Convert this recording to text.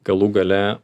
galų gale